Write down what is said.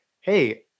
hey